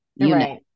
Right